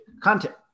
content